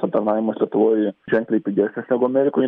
aptarnavimas lietuvoj ženkliai pigesnis negu amerikoj